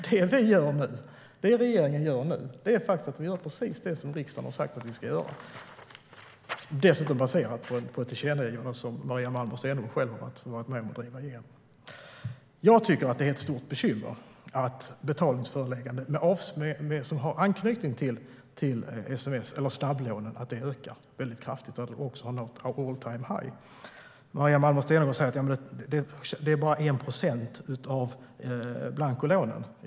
Det vi nu gör i regeringen är precis det som riksdagen har sagt att vi ska göra. Det är dessutom baserat på ett tillkännagivande som Maria Malmer Stenergard har varit med om att driva igenom. Jag tycker att det är ett stort bekymmer att betalningsförelägganden som har anknytning till sms eller snabblån ökar kraftigt - det handlar om ett all-time-high. Maria Malmer Stenergard säger att det bara är 1 procent av blankolånen.